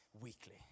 weekly